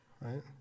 right